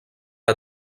que